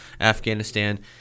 afghanistan